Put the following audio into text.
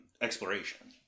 exploration